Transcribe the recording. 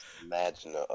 imagine